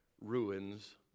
ruins